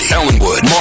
Ellenwood